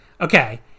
Okay